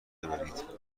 ببرید